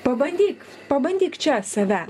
pabandyk pabandyk čia save